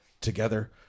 Together